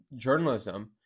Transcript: journalism